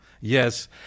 Yes